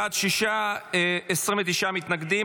בעד, שישה, 29 מתנגדים.